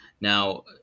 Now